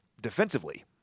defensively